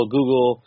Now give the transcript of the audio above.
Google